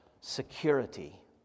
security